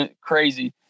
Crazy